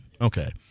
Okay